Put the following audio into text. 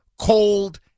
cold